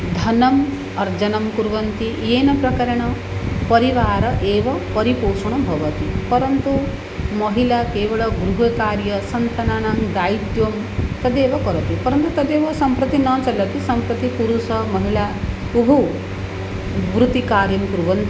धनम् अर्जनं कुर्वन्ति येन प्रकारेण परिवारः एव परिपोषणं भवति परन्तु महिला केवलं गृहकार्यं सङ्कणानां दायित्वं तदेव करोति परन्तु तदेव सम्प्रति न चलति सम्प्रति पुरुषः महिला उभौ वृत्तिकार्यं कुर्वन्ति